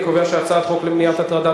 אני קובע שהצעת החוק למניעת הטרדה